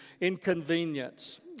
inconvenience